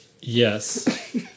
Yes